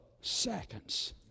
seconds